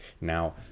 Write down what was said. Now